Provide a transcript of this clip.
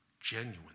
genuine